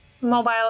mobile